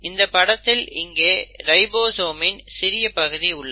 இந்த படத்தில் இங்கே ரைபோசோமின் சிறிய பகுதி உள்ளது